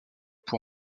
pour